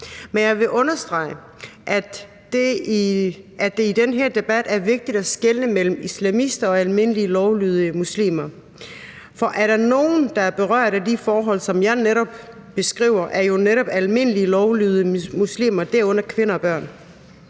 Men jeg vil understrege, at det i den her debat er vigtigt at skelne mellem islamister og almindelige lovlydige muslimer, for er der nogle, der er berørt af de forhold, som jeg netop har beskrevet, er det netop almindelige lovlydige muslimer, herunder kvinder og børn.